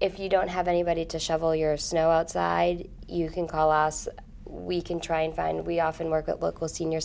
if you don't have anybody to shovel your snow outside you can call us we can try and find we often work at local senior